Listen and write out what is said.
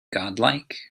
godlike